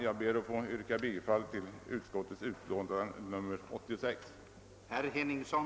Jag ber att få yrka bifall till utskottets hemställan.